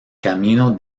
camino